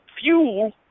fuel